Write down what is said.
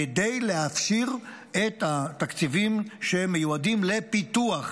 כדי להפשיר את התקציבים שמיועדים לפיתוח.